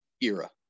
era